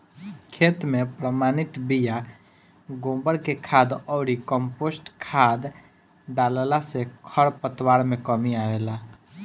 खेत में प्रमाणित बिया, गोबर के खाद अउरी कम्पोस्ट खाद डालला से खरपतवार में कमी आवेला